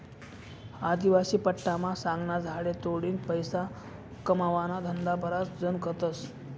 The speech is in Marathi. आदिवासी पट्टामा सागना झाडे तोडीन पैसा कमावाना धंदा बराच जण करतस